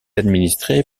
administrée